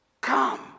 Come